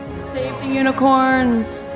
save the unicorns.